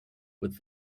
with